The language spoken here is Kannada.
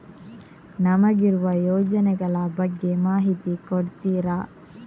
ನಮಗಿರುವ ಯೋಜನೆಗಳ ಬಗ್ಗೆ ಮಾಹಿತಿ ಕೊಡ್ತೀರಾ?